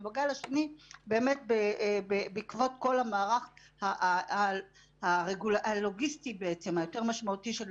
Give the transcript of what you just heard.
ובגל השני באמת בעקבות כל המערך הלוגיסטי היותר משמעותי של